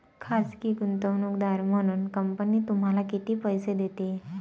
खाजगी गुंतवणूकदार म्हणून कंपनी तुम्हाला किती पैसे देते?